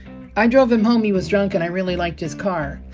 i drove him home. he was drunk. and i really liked his car